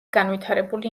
განვითარებული